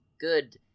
good